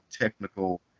technical